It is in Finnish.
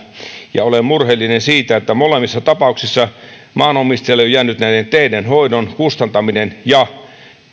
ja olen murheellinen siitä että molemmissa tapauksissa maanomistajille on jäänyt näiden teiden hoidon kustantaminen ja